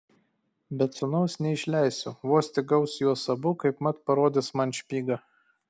bet sūnaus neišleisiu vos tik gaus juos abu kaipmat parodys man špygą